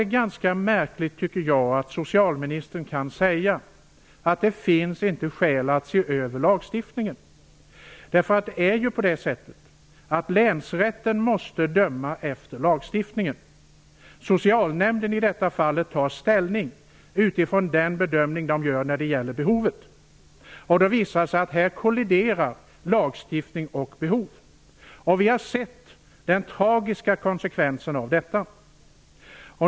Det är ganska märkligt att socialministern kan säga att det inte finns skäl att se över lagstiftningen. Länsrätten måste ju döma efter lagstiftningen. Socialnämnden tar ställning utifrån den bedömning som görs av behovet. Det visar sig att lagstiftning och behov kolliderar här. Vi har sett den tragiska konsekvensen av detta.